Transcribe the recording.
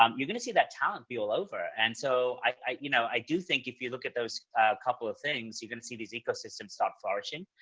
um you're going to see that talent be all over. and so i you know i do think if you look at those couple of things, you're going to see these ecosystem starts flourishing.